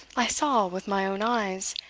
i saw, with my own eyes,